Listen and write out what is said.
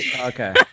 Okay